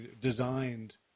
designed